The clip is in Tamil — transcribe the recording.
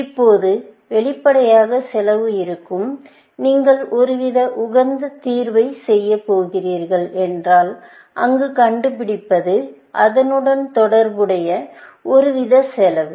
இப்போது வெளிப்படையாக செலவு இருக்கும் நீங்கள் ஒரு வித உகந்த தீர்வைச் செய்யப் போகிறீர்கள் என்றால் அங்கு கண்டுபிடிப்பது அதனுடன் தொடர்புடைய ஒரு வித செலவு